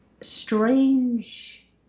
strange